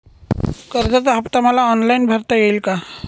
कर्जाचा हफ्ता मला ऑनलाईन भरता येईल का?